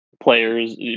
players